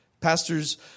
Pastors